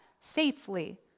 safely